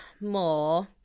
more